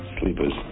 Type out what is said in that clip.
sleepers